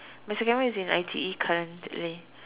is in I_T_E currently